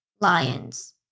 Lions